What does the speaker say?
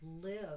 live